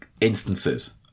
instances